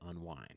unwind